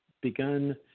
begun